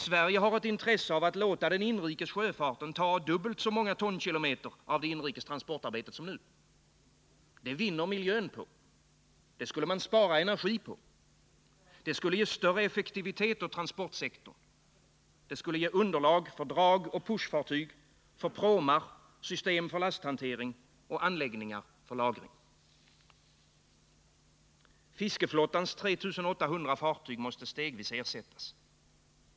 Sverige har ett intresse av att låta den inrikes sjöfarten ta dubbelt så många tonkilometer av det inrikes transportarbetet som nu. Det vinner miljön på. Det skulle man spara energi på. Det skulle ge större effektivitet åt transportsektorn. Det skulle ge underlag för dragoch pushfartyg, pråmar, system för lasthantering och anläggningar för lagring. Fiskeflottans 3 800 fartyg måste stegvis ersättas.